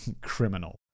Criminal